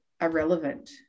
irrelevant